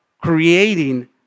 creating